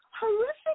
horrific